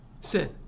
Sin